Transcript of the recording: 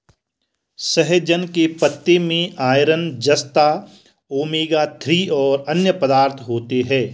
सहजन के पत्ते में आयरन, जस्ता, ओमेगा थ्री और अन्य पदार्थ होते है